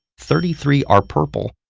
thirty three are purple,